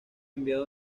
enviado